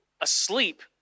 asleep